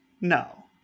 No